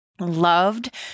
Loved